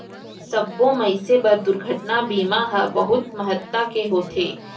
सब्बो मनसे बर दुरघटना बीमा हर बहुत महत्ता के होथे